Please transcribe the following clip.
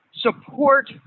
support